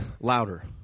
louder